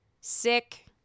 sick